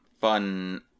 fun